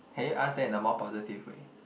can you ask that in a more positive way